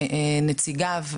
שנציגיו,